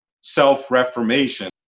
self-reformation